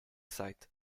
site